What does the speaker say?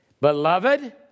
Beloved